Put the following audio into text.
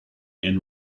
and